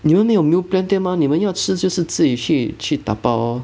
你们没有 meal plan 对吗你们要吃就是自己去去 dabao